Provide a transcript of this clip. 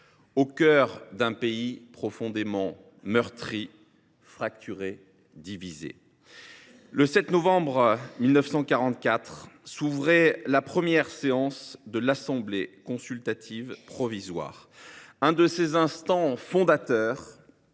au cœur d’un pays profondément meurtri, fracturé, divisé. Le 7 novembre 1944 s’ouvrait la première séance de l’Assemblée consultative provisoire. Ce fut l’un de ces instants fondateurs